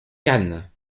cannes